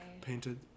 Painted